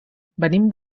venim